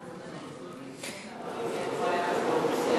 היחס בין היישובים היהודיים לערביים יהיה כמו היחס באוכלוסייה?